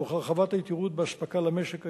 תוך הרחבת היתירות בהספקה למשק הישראלי.